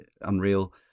Unreal